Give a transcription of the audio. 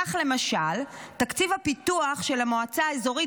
כך למשל תקציב הפיתוח של המועצה האזורית